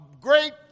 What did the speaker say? great